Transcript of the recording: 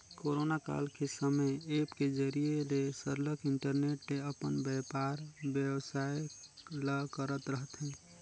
corona काल के समे ऐप के जरिए ले सरलग इंटरनेट ले अपन बयपार बेवसाय ल करत रहथें